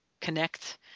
connect